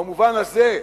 במובן הזה,